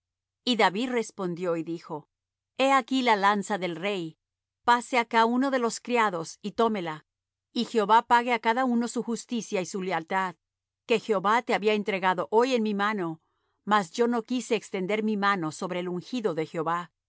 y david respondió y dijo he aquí la lanza del rey pase acá uno de los criados y tómela y jehová pague á cada uno su justicia y su lealtad que jehová te había entregado hoy en mi mano mas yo no quise extender mi mano sobre el ungido de jehová